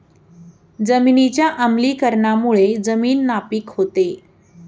जमिनीच्या आम्लीकरणामुळे जमीन नापीक होते